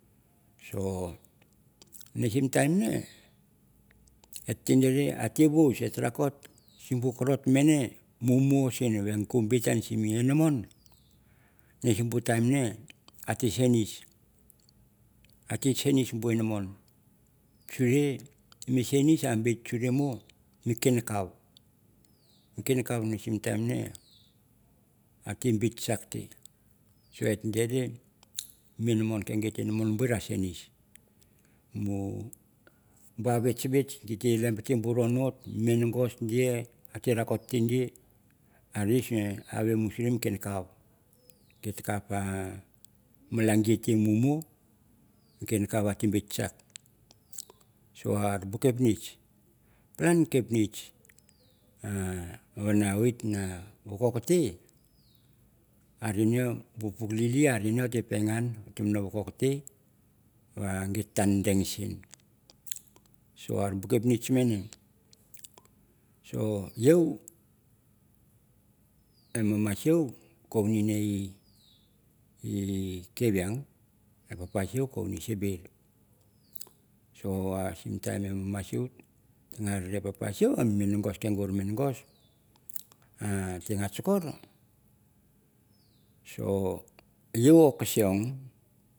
So ne sim time et te dere at te wos et te rakot sim bu korot mane mumu sin ve at ta bit sim muimon ene sim mi time nge at te sensisi. At te sensis bu imon suri mi sensis a bit stori mi kiniko. Mi kiniko sim mi time nge a bit chuck te. So et dere mi ken git inamton a sensis mo ba vatchvategi igito lamte bui ronut. Mi mongos ate kakot di ate vamusuri mi kinko. Gite kap malang gi mumu kinko ate bit keitch. so are bu kepnitch palan bu kepnich. or ne wit na vacockte are va git ta deng sin so are bu ice pnitch mane. so iou e mama sie kone, kavieng e papa sieu konei simberi so sim time e mama sieu a rei papa sieu kei git mimagos ate kakor so lou keseng